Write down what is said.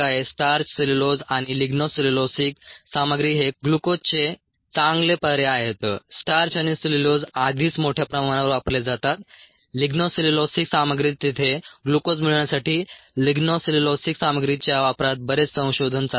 starch cellulose आणि lignocellulosic सामग्री हे ग्लुकोजचे चांगले पर्याय आहेत स्टार्च आणि सेल्युलोज आधीच मोठ्या प्रमाणावर वापरले जातात लिग्नो सेल्युलोसिक सामग्री तेथे ग्लुकोज मिळवण्यासाठी लिग्नो सेल्युलोसिक सामग्रीच्या वापरात बरेच संशोधन चालू आहे